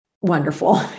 wonderful